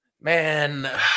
man